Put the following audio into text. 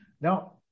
Now